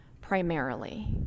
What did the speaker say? primarily